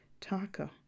taco